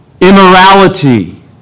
immorality